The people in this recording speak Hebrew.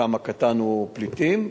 חלקם הקטן הוא פליטים,